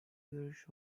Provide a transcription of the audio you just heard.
görüş